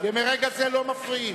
מרגע זה לא מפריעים.